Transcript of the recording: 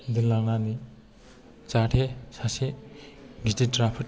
दोनलांनानै जाहाथे सासे गिदिर राफोद